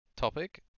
topic